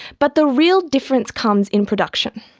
but the real difference comes in production.